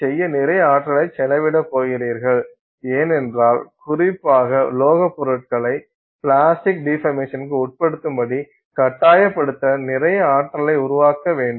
இதைச் செய்ய நிறைய ஆற்றலைச் செலவிடப் போகிறீர்கள் ஏனென்றால் குறிப்பாக உலோகப் பொருட்களை பிளாஸ்டிக் டிபர்மேசனுக்கு உட்படுத்தும்படி கட்டாயப்படுத்த நிறைய ஆற்றலை வைக்க வேண்டும்